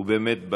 באמת,